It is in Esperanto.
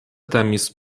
temis